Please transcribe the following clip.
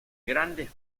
grandes